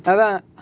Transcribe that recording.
அதா:atha